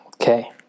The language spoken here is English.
Okay